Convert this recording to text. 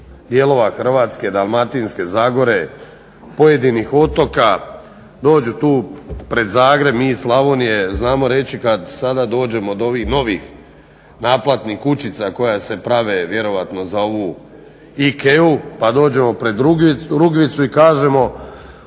dijelova Hrvatske, dalmatinske zagore, pojedinih otoka, dođu tu pred Zagreb mi iz Slavonije znamo reći kad sada dođemo do ovih novih naplatnih kućica koje se prave vjerojatno za ovu IKEA-u pa dođemo pred Rugvicu i kažemo